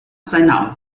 seiner